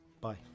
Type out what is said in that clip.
bye